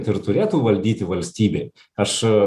ir turėtų valdyti valstybei aš